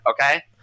Okay